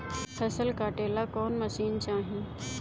फसल काटेला कौन मशीन चाही?